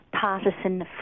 partisan